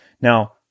Now